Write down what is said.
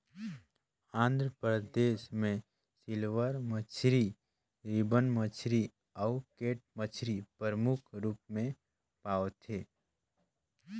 आंध्र परदेस में सिल्वर मछरी, रिबन मछरी अउ कैट मछरी परमुख रूप में पवाथे